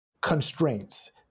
constraints